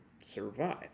survive